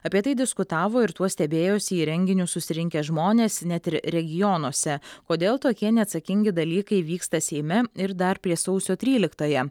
apie tai diskutavo ir tuo stebėjosi į renginius susirinkę žmonės net ir regionuose kodėl tokie neatsakingi dalykai vyksta seime ir dar prieš sausio tryliktąją